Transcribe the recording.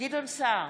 גדעון סער,